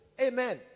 amen